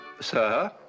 Sir